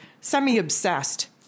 semi-obsessed